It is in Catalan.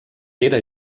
era